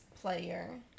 player